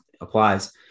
applies